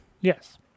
Yes